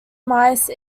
mice